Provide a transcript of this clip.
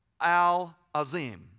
Al-Azim